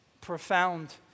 profound